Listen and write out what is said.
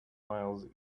miles